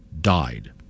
died